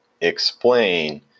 explain